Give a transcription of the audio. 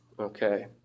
Okay